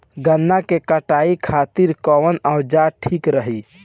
गन्ना के कटाई खातिर कवन औजार ठीक रही?